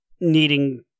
needing